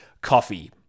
coffee